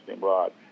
rod